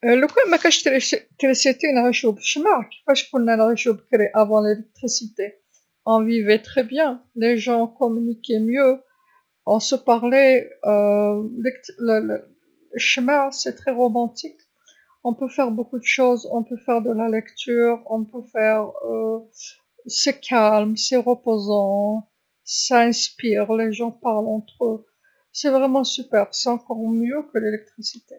لوكان مكاش تريستي نعيشو بشمع، كفاش كنا نعيشو بكري قبل الكهرباء، لقد عشنا بشكل جيد للغايه، تواصل الناس بشكل أفضل، كنا نتحدث مع بعضنا الشمع الطريقه رومانسية جداً، يمكننا أن نفعل الكثير من الأشياء، يمكننا القيام ببعض القراءه يمكننا أن نفعل ذلك، إنه هادئ، ومريح، ويلهم، ويتحدث الناس مع بعضهم البعض إنه أمر رائع حقًا إنها أفضل من الكهرباء.